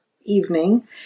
evening